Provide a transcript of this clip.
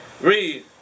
Read